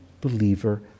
believer